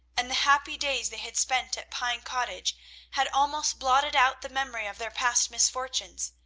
and the happy days they had spent at pine cottage had almost blotted out the memory of their past misfortunes.